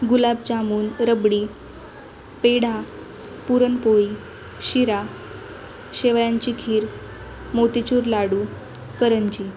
गुलाबजामून रबडी पेढा पुरणपोळी शिरा शेवयांची खीर मोतीचूर लाडू करंजी